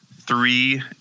three